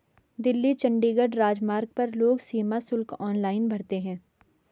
दिल्ली चंडीगढ़ राजमार्ग पर लोग सीमा शुल्क ऑनलाइन भरते हैं